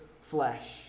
flesh